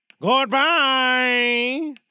Goodbye